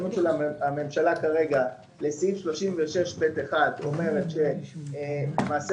הפרשנות של הממשלה כרגע לסעיף 36(ב1) אומרת שלמעשה